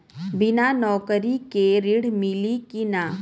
बिना नौकरी के ऋण मिली कि ना?